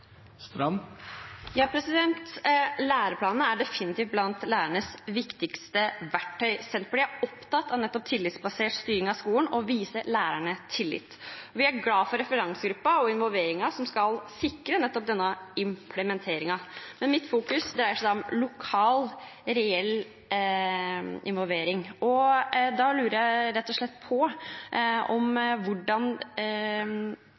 er definitivt blant lærernes viktigste verktøy. Senterpartiet er opptatt av nettopp tillitsbasert styring av skolen og av å vise lærerne tillit. Vi er glad for referansegruppen og involveringen som skal sikre nettopp denne implementeringen. Mitt fokus dreier seg om reell lokal involvering. Jeg lurer rett og slett på hvordan regjeringen er tydelig overfor kommuner og fylker, eventuelt om